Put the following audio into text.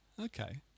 okay